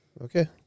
Okay